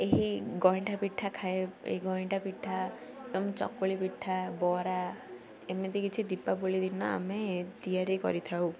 ଏହି ଗଇଁଠା ପିଠା ଖାଇ ଏହି ଗଇଁଟା ପିଠା ଏବଂ ଚକୁଳି ପିଠା ବରା ଏମିତି କିଛି ଦୀପାବଳି ଦିନ ଆମେ ତିଆରି କରିଥାଉ